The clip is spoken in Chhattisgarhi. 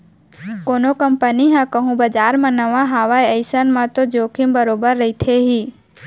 कोनो कंपनी ह कहूँ बजार म नवा हावय अइसन म तो जोखिम बरोबर रहिथे ही